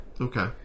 Okay